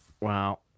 Wow